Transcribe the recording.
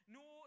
no